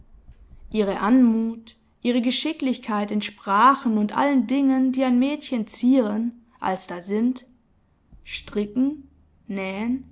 ihre anmut ihre geschicklichkeit in sprachen und allen dingen die ein mädchen zieren als da sind stricken nähen